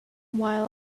while